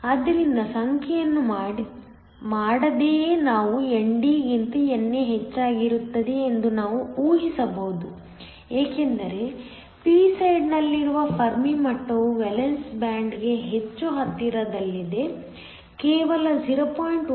ಆದ್ದರಿಂದ ಸಂಖ್ಯೆಗಳನ್ನು ಮಾಡದೆಯೇ ನಾವು ND ಗಿಂತ NA ಹೆಚ್ಚಾಗಿರುತ್ತದೆ ಎಂದು ನಾವು ಊಹಿಸಬಹುದು ಏಕೆಂದರೆ p ಸೈಡ್ನಲ್ಲಿರುವ ಫೆರ್ಮಿ ಮಟ್ಟವು ವೇಲೆನ್ಸ್ ಬ್ಯಾಂಡ್ಗೆ ಹೆಚ್ಚು ಹತ್ತಿರದಲ್ಲಿದೆ ಕೇವಲ 0